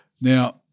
Now